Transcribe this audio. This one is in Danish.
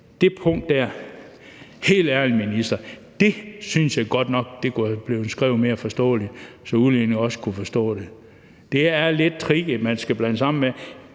dage, synes jeg helt ærligt, minister, godt kunne være blevet skrevet mere forståeligt, så udlændinge også ville kunne forstå det. Det er lidt tricky, at det skal blandes sammen med